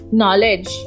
knowledge